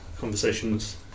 conversations